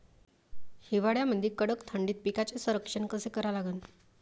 हिवाळ्यामंदी कडक थंडीत पिकाचे संरक्षण कसे करा लागन?